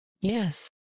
Yes